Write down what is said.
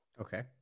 Okay